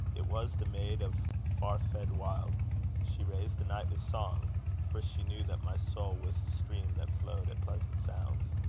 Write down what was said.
it was the maid of fuarfed wild she raised the nightly song for she knew that my soul was a stream, that flowed at pleasant sounds.